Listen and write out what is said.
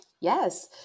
Yes